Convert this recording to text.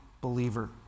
believer